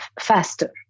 faster